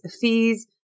fees